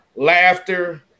Laughter